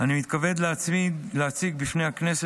אני מתכבד להציג בפני הכנסת,